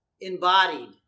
embodied